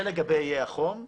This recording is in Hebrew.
זה לגבי איי החום.